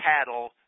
cattle